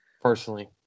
personally